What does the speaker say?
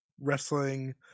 wrestling